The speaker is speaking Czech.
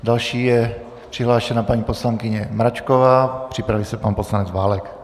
Další je přihlášena paní poslankyně Mračková, připraví se pan poslanec Válek.